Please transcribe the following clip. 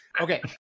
okay